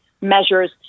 measures